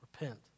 repent